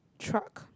truck